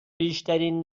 بیشترین